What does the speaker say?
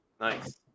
Nice